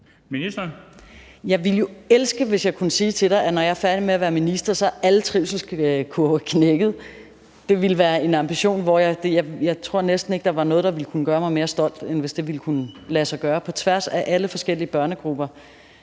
sige til dig, at når jeg er færdig med at være minister, er alle trivselskurver knækket. Det ville være en ambition. Jeg tror næsten ikke, at der er andet, der ville kunne gøre mig mere stolt, end hvis det kunne lade sig gøre. På tværs af alle de forskellige børnegrupper